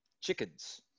chickens